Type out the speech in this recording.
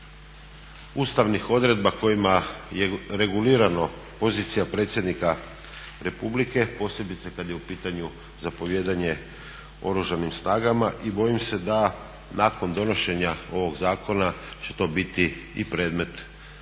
ustavnih odredba kojima je regulirano pozicija predsjednika Republike, posebice kada je u pitanju zapovijedanje Oružanim snagama. I bojim se da nakon donošenja ovoga zakona će to biti i predmet ozbiljnih